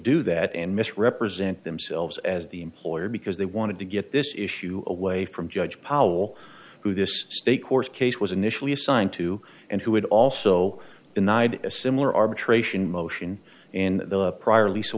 do that and misrepresent themselves as the employer because they wanted to get this issue away from judge powell who this state court case was initially assigned to and who had also denied a similar arbitration motion in the prior lisa